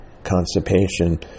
constipation